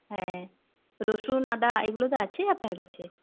হ্য়াঁ রসুন আদা এগুলো তো আছেই আপনার কাছে